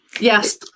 yes